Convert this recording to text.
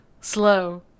slow